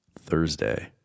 Thursday